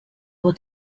will